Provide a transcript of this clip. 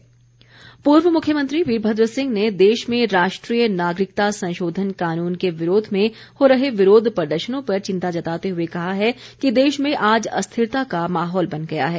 वीरभद्र पूर्व मुख्यमंत्री वीरभद्र सिंह ने देश में राष्ट्रीय नागरिकता संशोधन कानून के विरोध में हो रहे विरोध प्रदर्शनों पर चिंता जताते हुए कहा है कि देश में आज अस्थिरता का माहौल बन गया है